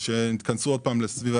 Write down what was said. השופט